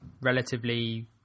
relatively